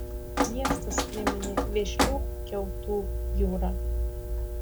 miestas priminė vėžlių kiautų jūrą